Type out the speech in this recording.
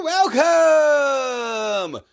Welcome